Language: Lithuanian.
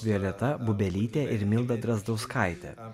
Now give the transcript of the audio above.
violeta bubelytė ir milda drazdauskaitė